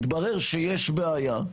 מתברר שיש בעיה,